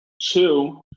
Two